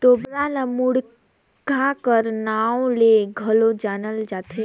तोबरा ल मुड़क्का कर नाव ले घलो जानल जाथे